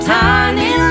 tiny